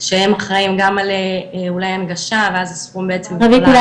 שהם אחראים גם על אולי הנגשה, ואז הסכום ישתנה.